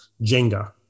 Jenga